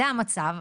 אוקיי זה המצב,